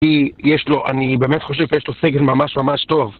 כי יש לו, אני באמת חושב שיש לו סגל ממש ממש טוב